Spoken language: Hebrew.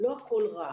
לא הכול רע.